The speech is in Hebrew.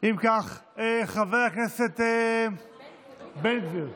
אם כך, חבר הכנסת בן גביר.